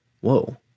Whoa